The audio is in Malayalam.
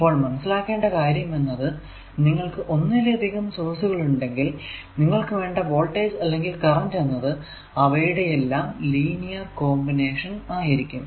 അപ്പോൾ മനസ്സിലാക്കേണ്ട കാര്യം എന്നത് നിങ്ങൾക്കു ഒന്നിലധികം സോഴ്സുകൾ ഉണ്ടെങ്കിൽ നിങ്ങൾക്കു വേണ്ട വോൾടേജ് അല്ലെങ്കിൽ കറന്റ് എന്നത് അവയുടെ എല്ലാം ലീനിയർ കോമ്പിനേഷൻ ആയിരിക്കും